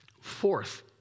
Fourth